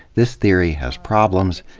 this theory has problems,